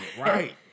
Right